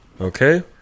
Okay